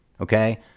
Okay